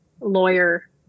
lawyer